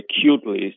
acutely